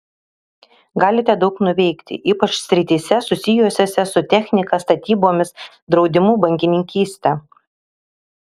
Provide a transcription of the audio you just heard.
galite daug nuveikti ypač srityse susijusiose su technika statybomis draudimu bankininkyste